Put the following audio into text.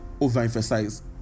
overemphasize